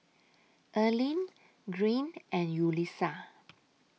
Earlene Green and Yulissa